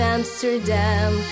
Amsterdam